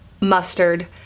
mustard